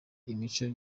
imico